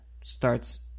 starts